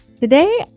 Today